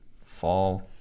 fall